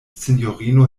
sinjorino